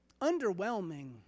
underwhelming